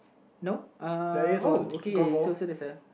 no uh oh okay so so there's a